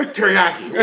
Teriyaki